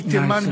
מתימן,